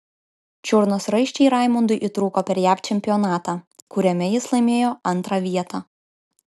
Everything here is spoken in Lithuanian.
čiurnos raiščiai raimundui įtrūko per jav čempionatą kuriame jis laimėjo antrą vietą